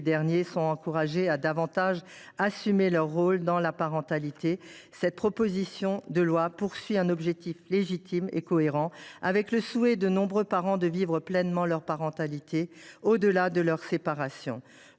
derniers sont encouragés à davantage assumer leur rôle dans la parentalité, ce texte fixe un objectif légitime et cohérent avec le souhait de nombreux parents de vivre pleinement leur parentalité, au delà même de leur séparation.